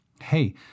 Hey